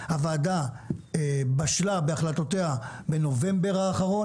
הוועדה בשלה בהחלטותיה בנובמבר האחרון,